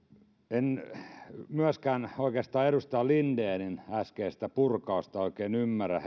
en myöskään edustaja lindenin äskeistä purkausta herrasmiessopimuksesta oikeastaan oikein ymmärrä